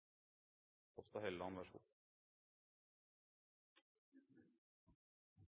Ropstad så